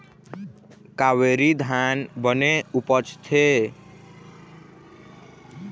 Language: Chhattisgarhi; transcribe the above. कावेरी धान बने उपजथे?